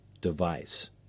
device